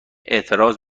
اعتراض